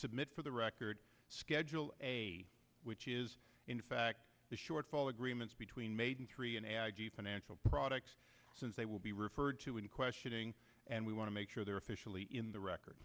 submit for the record schedule a which is in fact the shortfall agreements between made in three and financial products since they will be referred to in questioning and we want to make sure they are officially in the record